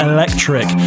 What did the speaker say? Electric